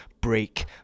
Break